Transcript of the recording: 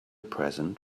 present